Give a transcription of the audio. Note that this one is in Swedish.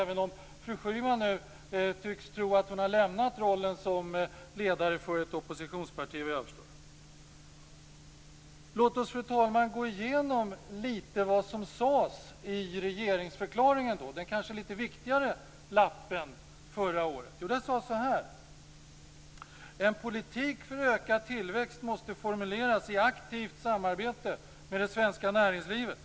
Fru Schyman tycks ju nu tro att hon har lämnat rollen som ledare för ett oppositionsparti, vad jag har förstått. Fru talman! Låt oss gå igenom lite av det som sades i regeringsförklaringen, den kanske lite viktigare lappen, förra året. Där sades det så här: "En politik för ökad tillväxt måste formuleras i aktivt samarbete med det svenska näringslivet."